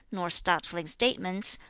nor startling statements,